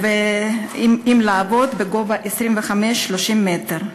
עם להבות בגובה 25 30 מטר.